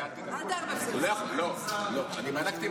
לא, אתם טועים.